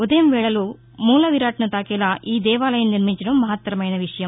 ఉదయం వేళలో మూలవిరాట్ను తాకేలా ఈ దేవాలయం నిర్మించబడడం మహత్తరమైన విషయం